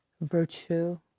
virtue